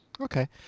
Okay